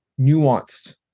nuanced